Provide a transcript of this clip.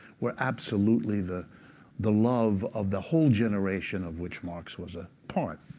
were absolutely the the love of the whole generation of which marx was a part.